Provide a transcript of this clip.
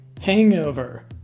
hangover